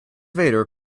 vader